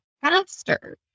faster